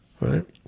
Right